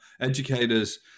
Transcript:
educators